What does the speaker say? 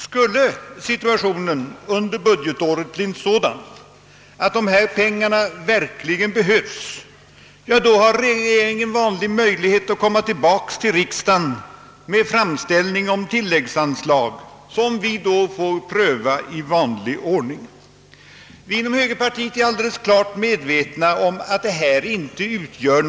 Skulle situationen under budgetåret bli sådan att dessa pengar verkligen behövs — ja, då har regeringen gängse möjligheter att komma tillbaka till riksdagen med en framställning om tilläggsanslag, som riksdagen får pröva i vanlig ordning. Det är dock här fråga om ett hundratal miljoner kronor.